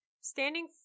Standing